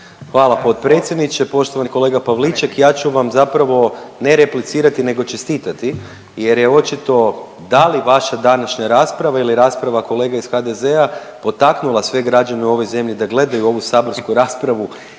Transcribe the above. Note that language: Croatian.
Hvala potpredsjedniče. Poštovani kolega Pavliček, ja ću vam zapravo ne replicirati nego čestitati, jer je očito da li vaša današnja rasprava ili rasprava kolege iz HDZ-a potaknula sve građane u ovoj zemlji da gledaju ovu saborsku raspravu